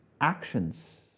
actions